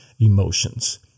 emotions